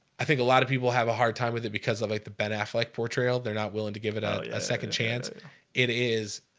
i think a lot of people have a hard time with it because of like the ben affleck portrayal they're not willing to give it a second chance it it is